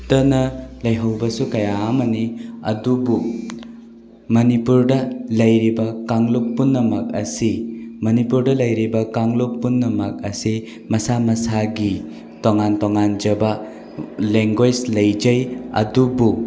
ꯇꯅ ꯂꯩꯍꯧꯕꯁꯨ ꯀꯌꯥ ꯑꯃꯅꯤ ꯑꯗꯨꯕꯨ ꯃꯅꯤꯄꯨꯔꯗ ꯂꯩꯔꯤꯕ ꯀꯥꯡꯂꯨꯞ ꯄꯨꯝꯅꯃꯛ ꯑꯁꯤ ꯃꯅꯤꯄꯨꯔꯗ ꯂꯩꯔꯤꯕ ꯀꯥꯡꯂꯨꯞ ꯄꯨꯝꯅꯃꯛ ꯑꯁꯤ ꯃꯁꯥ ꯃꯁꯥꯒꯤ ꯇꯣꯡꯉꯥꯟ ꯇꯣꯡꯉꯥꯟꯖꯕ ꯂꯦꯡꯒꯣꯏꯁ ꯂꯩꯖꯩ ꯑꯗꯨꯕꯨ